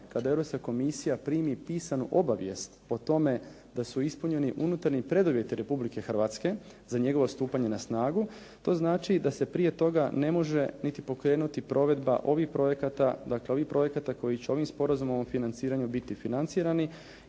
kada Europska komisija primi pisanu obavijest o tome da su ispunjeni unutarnji preduvjeti Republike Hrvatske za njegovo stupanje na snagu. To znači da se prije toga ne može niti pokrenuti provedba ovih projekata, dakle ovih projekata koji će ovim Sporazumom o financiranju biti financirani.